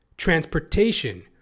transportation